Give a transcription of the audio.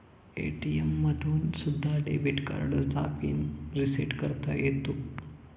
ATM मधून सुद्धा debit कार्डचा पिन रिसेट करता येतो